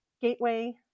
gateway